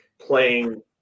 playing